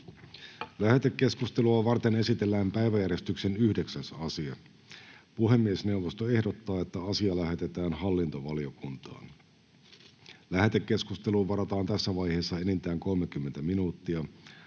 Lähetekeskustelua varten esitellään päiväjärjestyksen 7. asia. Puhemiesneuvosto ehdottaa, että asia lähetetään sosiaali- ja terveysvaliokuntaan. Lähetekeskusteluun varataan tässä vaiheessa enintään 30 minuuttia.